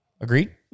Agreed